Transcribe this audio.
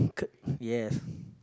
yes